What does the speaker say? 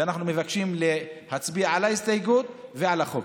ואנחנו מבקשים להצביע על ההסתייגות ועל החוק.